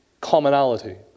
Commonality